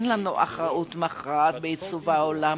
אין לנו אחריות מכרעת בעיצוב העולם,